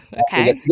Okay